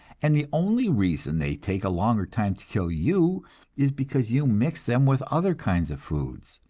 and the only reason they take a longer time to kill you is because you mix them with other kinds of foods.